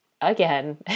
again